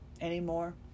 anymore